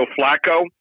Flacco